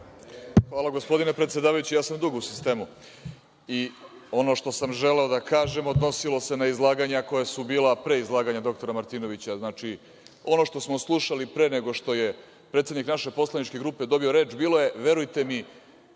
Hvala gospodine predsedavajući, ja sam dugo u sistemu. Ono što sam želeo da kažem odnosilo se na izlaganja koja su bila pre izlaganja dr Martinovića. Znači, ono što smo slušali pre nego što je predsednik naše poslaničke grupe dobio reč, bilo je verujte mi